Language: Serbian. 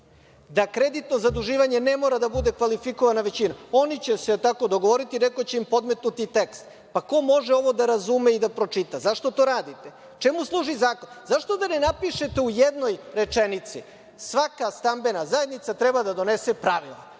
da kreditno zaduživanje ne mora da bude kvalifikovana većina. Oni će se tako dogovoriti, neko će im podmetnuti tekst. Ko može ovo da razume i da pročita? Zašto to radite? Čemu služi zakon? Zašto da ne napišete u jednoj rečenici – svaka stambena zajednica treba da donese pravila.